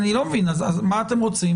מה אתם רוצים